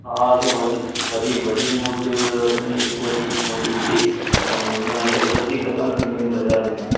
हा असां वॾी वॾी वॾी मूर्ती रखणी वॾी पवंदी हिकिड़ी ऐं हुन लाइ छा आहे जल्दी ख़त्मु थी वेंदियूं आहिनि बाज़ारुनि में